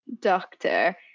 Doctor